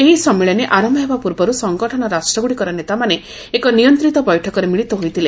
ଏହି ସମ୍ମିଳନୀ ଆରମ୍ଭ ହେବା ପୂର୍ବରୁ ସଂଗଠନ ରାଷ୍ଟ୍ରଗ୍ରଡ଼ିକର ନେତାମାନେ ଏକ ନିୟନ୍ତୀତ ବୈଠକରେ ମିଳିତ ହୋଇଥିଲେ